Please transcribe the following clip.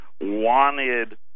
wanted